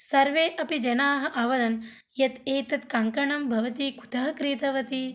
सर्वे अपि जनाः अवदन् यत् एतत् कङ्कणं भवति कुतः क्रीतवती